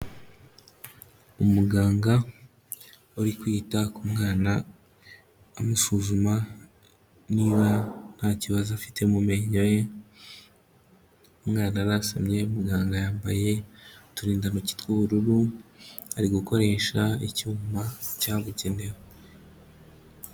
Umuganga uri kwita ku mwana amusuzuma niba nta kibazo afite mu menyo ye, umwana arasamye, muganga yambaye uturindantoki tw'ubururu ari gukoresha icyuma cyabugenewe.